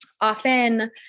often